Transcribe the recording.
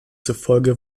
zufolge